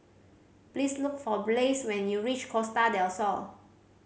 please look for Blaise when you reach Costa Del Sol